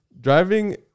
Driving